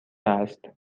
است